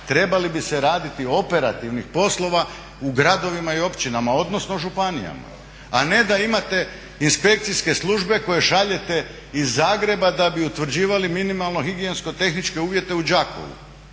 trebali bi se raditi operativnih poslova u gradovima i općinama, odnosno županijama a ne da imate inspekcijske službe koje šaljete iz Zagreba da bi utvrđivali minimalno higijensko-tehničke uvjete u Đakovu.